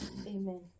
Amen